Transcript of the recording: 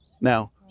Now